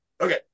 Okay